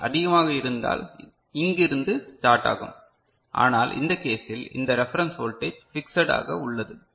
Vx அதிகமாக இருந்தால் இங்க இருந்து ஸ்டார்ட் ஆகும் ஆனால் இந்த கேஸில் இந்த ரெபரன்ஸ் வோல்டேஜ் பிக்ஸட் ஆக உள்ளது